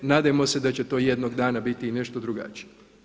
Nadajmo se da će to jednog dana biti i nešto drugačije.